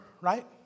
right